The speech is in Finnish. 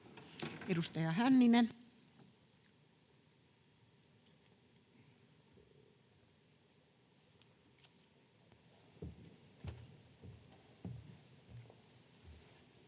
Edustaja Hänninen. [Speech